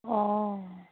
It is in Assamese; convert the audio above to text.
অঁ